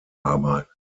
arbeiten